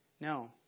No